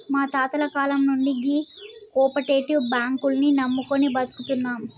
మా తాతల కాలం నుండి గీ కోపరేటివ్ బాంకుల్ని నమ్ముకొని బతుకుతున్నం